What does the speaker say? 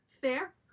Fair